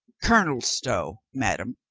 colonel stow, madame,